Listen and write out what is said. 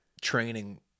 training